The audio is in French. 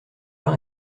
pas